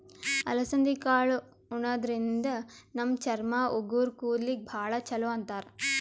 ಅಲಸಂದಿ ಕಾಳ್ ಉಣಾದ್ರಿನ್ದ ನಮ್ ಚರ್ಮ, ಉಗುರ್, ಕೂದಲಿಗ್ ಭಾಳ್ ಛಲೋ ಅಂತಾರ್